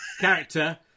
character